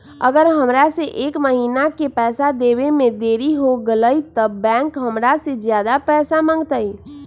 अगर हमरा से एक महीना के पैसा देवे में देरी होगलइ तब बैंक हमरा से ज्यादा पैसा मंगतइ?